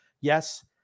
Yes